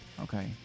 Okay